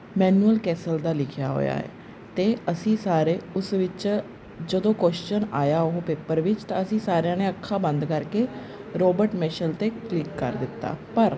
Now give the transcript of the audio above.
manual Castells ਦਾ ਲਿਖਿਆ ਹੋਇਆ ਹੈ ਅਤੇ ਅਸੀਂ ਸਾਰੇ ਉਸ ਵਿੱਚ ਜਦੋਂ ਕੁਅਸ਼ਚਨ ਆਇਆ ਉਹ ਪੇਪਰ ਵਿੱਚ ਤਾਂ ਅਸੀਂ ਸਾਰਿਆਂ ਨੇ ਅੱਖਾਂ ਬੰਦ ਕਰਕੇ ਰੋਬਰਟ ਮਿਸ਼ਲ 'ਤੇ ਕਲਿਕ ਕਰ ਦਿੱਤਾ ਪਰ